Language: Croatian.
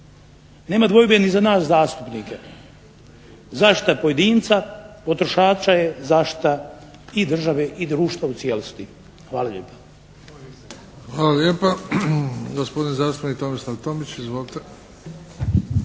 Nema dvojbe ni za nas zastupnike. Zaštita pojedinca potrošača je zaštita i države i društva u cijelosti. Hvala lijepa. **Bebić, Luka (HDZ)** Hvala lijepa. Gospodin zastupnik Tomislav Tomić, izvolite.